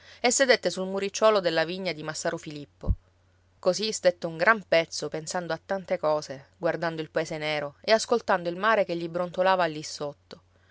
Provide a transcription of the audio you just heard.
e sedette sul muricciuolo della vigna di massaro filippo così stette un gran pezzo pensando a tante cose guardando il paese nero e ascoltando il mare che gli brontolava lì sotto